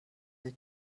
hier